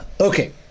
Okay